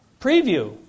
Preview